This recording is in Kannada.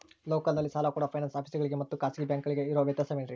ಲೋಕಲ್ನಲ್ಲಿ ಸಾಲ ಕೊಡೋ ಫೈನಾನ್ಸ್ ಆಫೇಸುಗಳಿಗೆ ಮತ್ತಾ ಖಾಸಗಿ ಬ್ಯಾಂಕುಗಳಿಗೆ ಇರೋ ವ್ಯತ್ಯಾಸವೇನ್ರಿ?